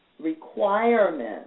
requirement